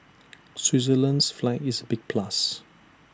Switzerland's flag is A big plus